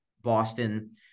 Boston